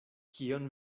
kion